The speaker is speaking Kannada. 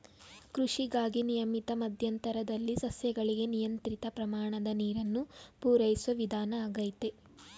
ಕೃಷಿಗಾಗಿ ನಿಯಮಿತ ಮಧ್ಯಂತರದಲ್ಲಿ ಸಸ್ಯಗಳಿಗೆ ನಿಯಂತ್ರಿತ ಪ್ರಮಾಣದ ನೀರನ್ನು ಪೂರೈಸೋ ವಿಧಾನ ಆಗೈತೆ